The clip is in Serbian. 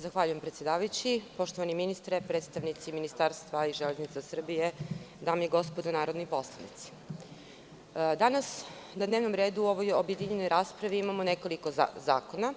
Zahvaljujem predsedavajući, poštovani ministre, predstavnici Ministarstva i Železnica Srbije, dame i gospodo narodni poslanici, danas na dnevnom redu u ovoj objedinjenoj raspravi imamo nekoliko zakona,